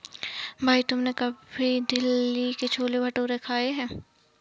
भाई तुमने कभी दिल्ली के छोले भटूरे खाए हैं?